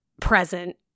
present